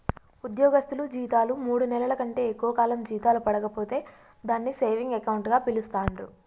ఉద్యోగస్తులు జీతాలు మూడు నెలల కంటే ఎక్కువ కాలం జీతాలు పడక పోతే దాన్ని సేవింగ్ అకౌంట్ గా పిలుస్తాండ్రు